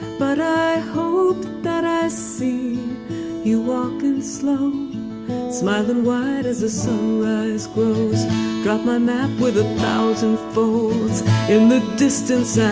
but i hope that i see you walking slow smiling wide as a so sunrise grows drop my map with a thousand folds in the distance yeah